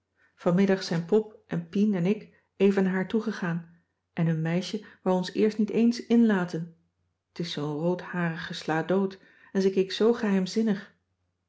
tijd van joop ter heul en ik even naar haar toegegaan en hun meisje wou ons eerst niet eens inlaten t is zoo'n rood harige sladood en ze keek zoo geheimzinnig